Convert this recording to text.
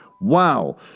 Wow